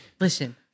Listen